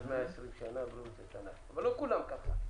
עד 120 שנה בריאות איתנה, אבל לא כולם ככה.